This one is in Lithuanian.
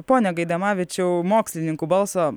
pone gaidamavičiau mokslininkų balso